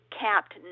capped